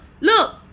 look